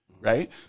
right